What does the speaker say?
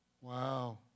Wow